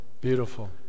Beautiful